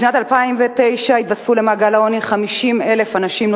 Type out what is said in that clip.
בשנת 2009 התווספו למעגל העוני 50,000 אנשים,